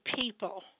people